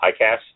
ICAST